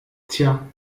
tja